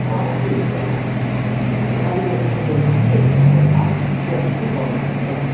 अँ हो कि अब यो पालीको टिचर्स डेको चाहिँ के त्यस्तो खास स्पेसियल चाहिँ के गर्नुपर्ने हौ